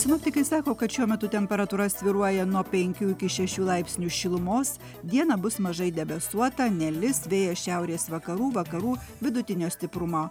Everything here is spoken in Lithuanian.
sinoptikai sako kad šiuo metu temperatūra svyruoja nuo penkių iki šešių laipsnių šilumos dieną bus mažai debesuota nelis vėjas šiaurės vakarų vakarų vidutinio stiprumo